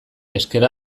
ezker